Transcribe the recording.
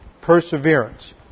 perseverance